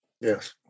Yes